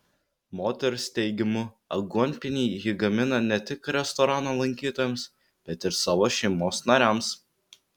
moters teigimu aguonpienį ji gamina ne tik restorano lankytojams bet ir savo šeimos nariams